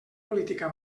política